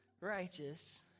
righteous